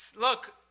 Look